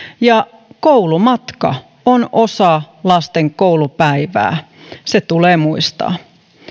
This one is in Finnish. ja koulumatka on osa lasten koulupäivää se tulee muistaa